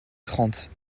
trente